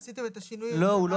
שעשיתם את השינוי ב --- הוא לא יקטן,